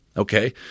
Okay